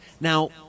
Now